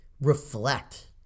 reflect